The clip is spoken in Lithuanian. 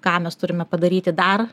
ką mes turime padaryti dar